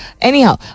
Anyhow